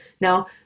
Now